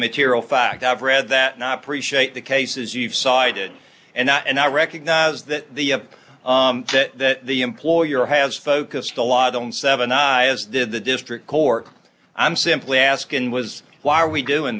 material fact i've read that not appreciate the cases you've cited and i and i recognize that the that the employer has focused a lot on seventy nine as did the district court i'm simply asking was why are we doing